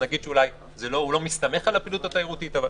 נגיד שאולי הוא לא מסתמך על הפעילות התיירותית.